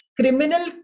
criminal